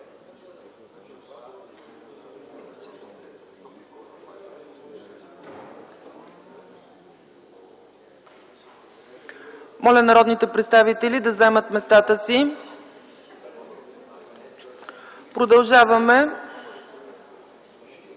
Моля народните представители да заемат местата си. Продължаваме